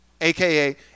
AKA